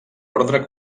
ordre